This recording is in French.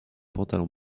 pantalon